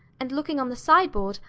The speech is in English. and looking on the sideboard,